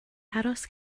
aros